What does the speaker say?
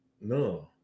No